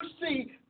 see